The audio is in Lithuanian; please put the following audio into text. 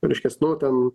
reiškias nu ten